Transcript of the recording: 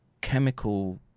chemical